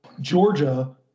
Georgia